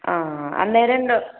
ആ അന്നേരം ഡോ